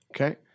Okay